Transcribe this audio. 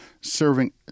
serving